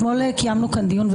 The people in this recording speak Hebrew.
אתמול קיימנו כאן דיון,